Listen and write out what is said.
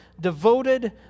devoted